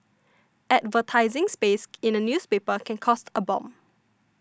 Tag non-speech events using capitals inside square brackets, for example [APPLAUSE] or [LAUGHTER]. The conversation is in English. advertising space [NOISE] in a newspaper can cost a bomb